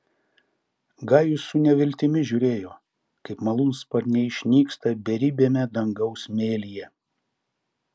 gajus su neviltimi žiūrėjo kaip malūnsparniai išnyksta beribiame dangaus mėlyje